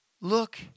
Look